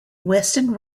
weston